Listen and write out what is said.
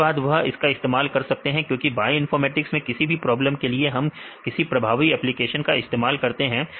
उसके बाद वह इसका इस्तेमाल कर सकते हैं क्योंकि बायोइनफॉर्मेटिक्स में किसी भी प्रॉब्लम के लिए हम किसी प्रभावी एप्लीकेशन का इस्तेमाल कर सकते हैं